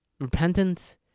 Repentance